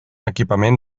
equipament